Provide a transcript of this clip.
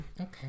Okay